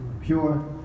pure